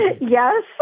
Yes